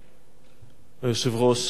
כבוד היושב-ראש, השר,